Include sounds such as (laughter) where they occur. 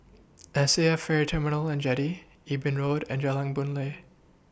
S A F Ferry Terminal and Jetty Eben Road and Jalan Boon Lay (noise)